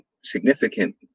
significant